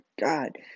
God